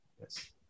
Yes